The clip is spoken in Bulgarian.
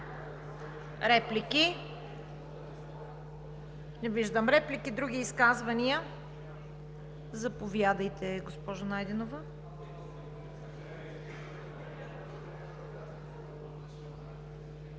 Реплики? Не виждам. Други изказвания? Заповядайте, госпожо Найденова.